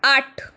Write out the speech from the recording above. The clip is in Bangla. আট